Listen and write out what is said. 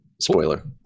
Spoiler